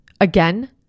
Again